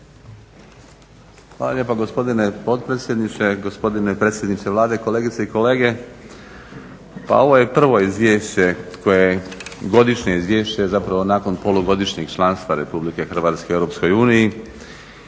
Hvala lijepa gospodine potpredsjedniče, gospodine predsjedniče Vlade, kolegice i kolege. Pa ovo je prvo izvješće koje godišnje izvješće, zapravo nakon polugodišnjeg članstva RH EU i možda ovo izvješće više